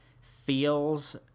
feels